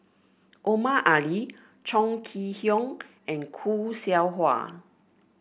Omar Ali Chong Kee Hiong and Khoo Seow Hwa